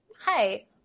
hi